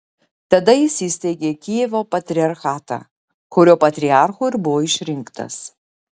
tada jis įsteigė kijevo patriarchatą kurio patriarchu buvo išrinktas